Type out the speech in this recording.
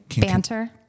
Banter